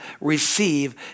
receive